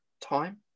time